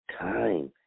time